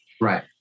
Right